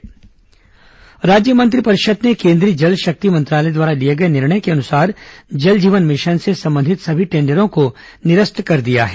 मंत्रिपरिषद बैठक राज्य मंत्रिपरिषद ने केंद्रीय जल शक्ति मंत्रालय द्वारा लिए गए निर्णय के अनुसार जल जीवन मिशन से संबंधित सभी टेंडरों को निरस्त कर दिया है